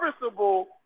serviceable